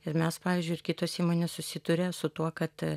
ir mes pavyzdžiui ir kitos įmonės susiduria su tuo kad